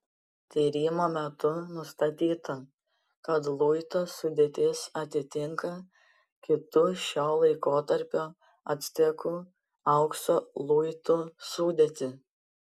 tyrimo metu nustatyta kad luito sudėtis atitinka kitų šio laikotarpio actekų aukso luitų sudėtį